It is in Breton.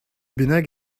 bennak